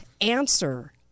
answer